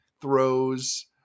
throws